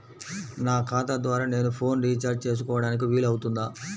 నా ఖాతా ద్వారా నేను ఫోన్ రీఛార్జ్ చేసుకోవడానికి వీలు అవుతుందా?